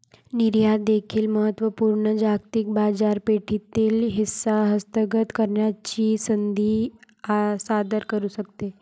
निर्यात देखील महत्त्व पूर्ण जागतिक बाजारपेठेतील हिस्सा हस्तगत करण्याची संधी सादर करू शकते